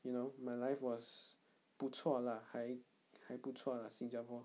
you know my life was 不错 lah 还还不错 lah 新加坡